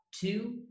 two